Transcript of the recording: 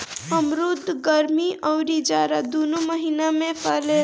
अमरुद गरमी अउरी जाड़ा दूनो महिना में फरेला